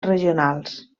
regionals